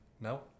No